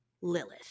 lilith